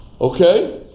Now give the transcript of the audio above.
Okay